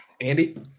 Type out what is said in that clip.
Andy